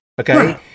okay